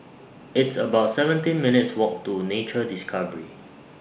It's about seventeen minutes' Walk to Nature Discovery